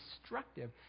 destructive